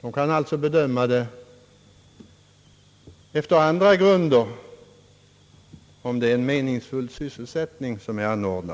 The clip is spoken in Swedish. Man kan alltså bedöma efter andra grunder om den anordnade sysselsättningen är meningsfylld.